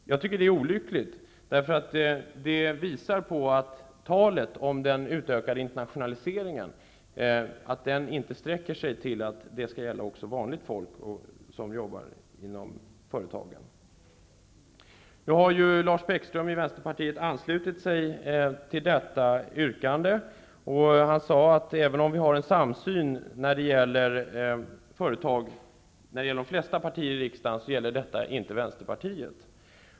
Det är olyckligt. Det visar på att talet om den utökade internationaliseringen inte sträcker sig till att gälla även vanligt folk som jobbar inom företagen. Lars Bäckström i Vänsterpartiet har anslutit sig till Socialdemokraternas yrkande. Han sade att även om det finns en samsyn mellan de flesta partier i riksdagen i fråga om företag, gäller detta inte Vänsterpartiet.